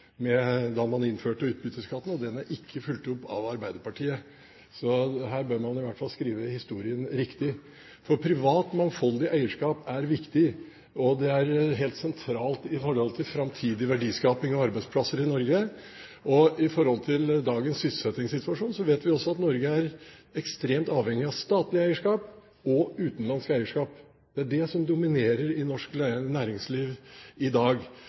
da man innførte utbytteskatten, og den er ikke fulgt opp av Arbeiderpartiet. Så her bør man i hvert fall skrive historien riktig. Privat, mangfoldig eierskap er viktig. Det er helt sentralt for framtidig verdiskaping og arbeidsplasser i Norge. Når det gjelder dagens sysselsettingssituasjon, vet vi også at Norge er ekstremt avhengig av statlig eierskap og utenlandsk eierskap. Det er det som dominerer i norsk næringsliv i dag.